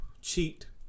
cheat